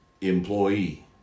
employee